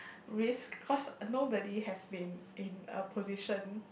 risk cause nobody has been in a position